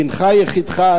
"בנך יחידך",